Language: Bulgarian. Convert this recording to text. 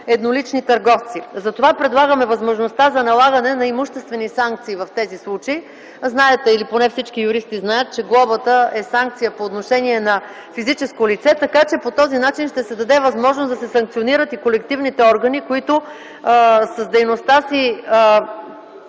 еднолични търговци. Затова предлагаме възможността за налагане на имуществени санкции в тези случаи. Знаете или поне всички юристи знаят, че глобата е санкция по отношение на физическо лице. Така че, по този начин ще се даде възможност да се санкционират и колективните органи, които с дейността си